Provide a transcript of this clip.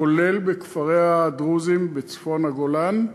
כולל בכפרי הדרוזים בצפון הגולן.